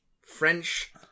French